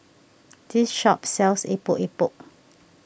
this shop sells Epok Epok